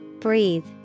Breathe